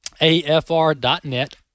AFR.net